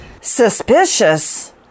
Suspicious